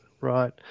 Right